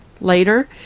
Later